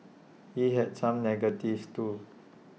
he had some negatives too